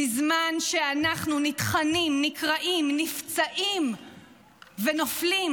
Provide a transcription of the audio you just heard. בזמן שאנחנו נטחנים, נקרעים, נפצעים ונופלים?